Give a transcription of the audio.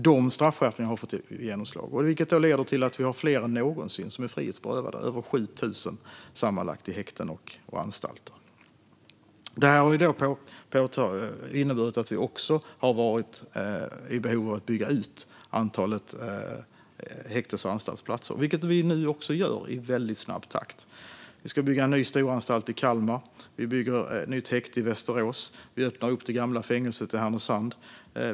De straffskärpningarna har fått genomslag, vilket leder till att vi har fler än någonsin som är frihetsberövade - sammanlagt är det över 7 000 i häkten och anstalter. Det har inneburit att vi har varit i behov av att bygga ut antalet häktes och anstaltsplatser, vilket vi nu också gör i väldigt snabb takt. Vi ska bygga en ny storanstalt i Kalmar. Vi bygger ett nytt häkte i Västerås. Vi öppnar upp det gamla fängelset i Härnösand.